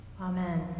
Amen